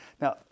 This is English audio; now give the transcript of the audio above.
Now